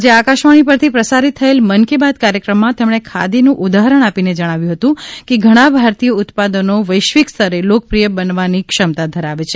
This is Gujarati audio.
આજે આકાશવાણી પરથી પ્રસારિત થયેલ મન કી બાત કાર્યક્રમમાં તેમણે ખાદીનું ઉદાહરણ આપીને જણાવ્યું હતું કે ઘણા ભારતીય ઉત્પાદનો વૈશ્વિક સ્તરે લોકપ્રિય બનવાની ક્ષમતા ધરાવે છે